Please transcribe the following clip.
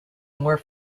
more